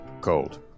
cold